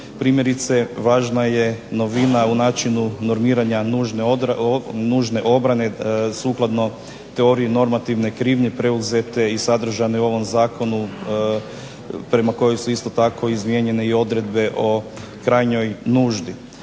Primjerice važna je novina u načinu normiranja nužne obrane sukladno teoriji normativne krivnje preuzete iz sadržane u ovom zakonu prema kojoj su isto tako izmijenjene odredbe o krajnjoj nuždi.